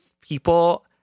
people